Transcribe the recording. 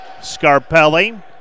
Scarpelli